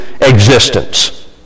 existence